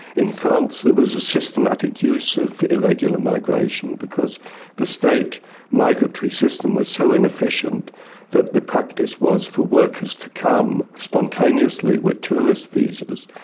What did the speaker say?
in france there was a systematic use of irregular migration because the state migratory system was so inefficient that the practice was for workers to come spontaneously with tourist visas,